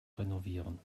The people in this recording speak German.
renovieren